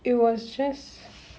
it was just